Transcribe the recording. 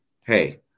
hey